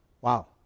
Wow